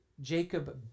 Jacob